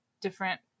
different